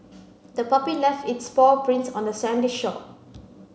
the puppy left its paw prints on the sandy shore